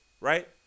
right